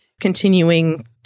continuing